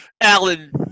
Alan